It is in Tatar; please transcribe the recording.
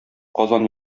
казан